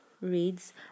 reads